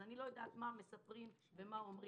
אז אני לא יודעת מה מספרים ומה אומרים